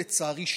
לצערי,